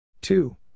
Two